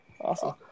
Awesome